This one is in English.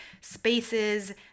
spaces